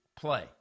play